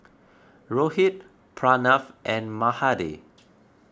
Rohit Pranav and Mahade